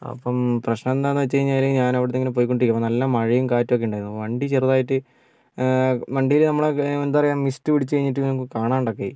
അപ്പം പ്രശ്നം എന്താന്നുവെച്ച്കഴിഞ്ഞാല് ഞാനവിടുന്നിങ്ങനെ പോയി കൊണ്ടിരിക്കുവാണ് അപ്പം നല്ല മഴയും കാറ്റുമൊക്കെ ഉണ്ടായിരുന്നു വണ്ടി ചെറുതായിട്ട് വണ്ടിയില് നമ്മളൊക്കെ എന്താ പറയുക മിസ്ററ് പിടിച്ച് കഴിഞ്ഞിട്ട് കാണാതെ ഒക്കെ ആയി